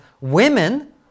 women